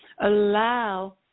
allow